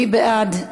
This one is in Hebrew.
מי בעד?